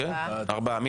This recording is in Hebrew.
ארבעה.